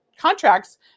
contracts